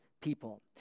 people